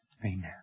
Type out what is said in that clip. Amen